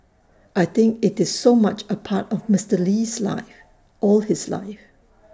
I think IT is so much A part of Mister Lee's life all his life